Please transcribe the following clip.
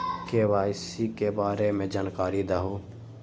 KYC के बारे में जानकारी दहु?